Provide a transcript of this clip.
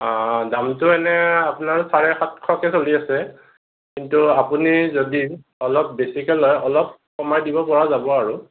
দামটো এনে আপোনাৰ চাৰে সাতশকৈ চলি আছে কিন্তু আপুনি যদি অলপ বেছিকৈ লয় অলপ কমাই দিব পৰা যাব আৰু